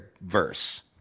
verse